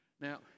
now